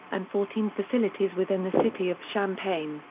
and fourteen facilities within the city of champaign,